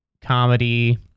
comedy